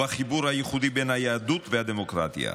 הוא החיבור הייחודי בין היהדות לדמוקרטיה.